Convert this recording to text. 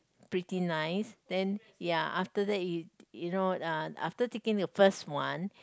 pretty nice then ya after that you you know uh after taking the first one